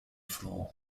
floor